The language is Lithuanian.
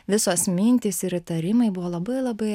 visos mintys ir įtarimai buvo labai labai